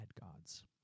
gods